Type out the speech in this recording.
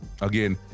Again